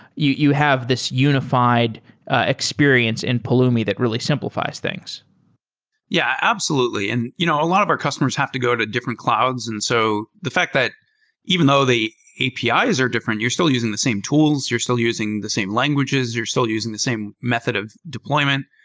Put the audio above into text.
you you have this unifi ed experience in pulumi that really simplifi es things yeah, absolutely. and you know a lot of our customers have to go to different clouds. and so the fact that even though the apis are different, you're still using the same tools, you're still using the same languages, you're still using the same method of deployment.